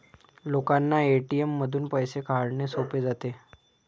लोकांना ए.टी.एम मधून पैसे काढणे सोपे जाते